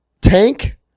tank